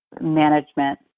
management